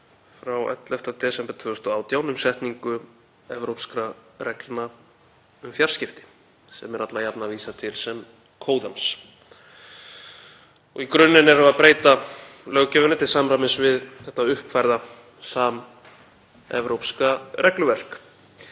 frá 11. desember 2018 um setningu evrópskra reglna um fjarskipti sem er alla jafna vísað til sem Kóðans. Í grunninn erum við að breyta löggjöfinni til samræmis við þetta uppfærða samevrópska regluverk.